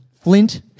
Flint